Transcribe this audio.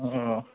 अ